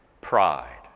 Pride